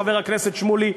חבר הכנסת שמולי,